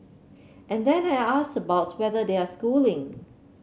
and then I asked about whether they are schooling